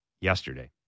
yesterday